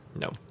no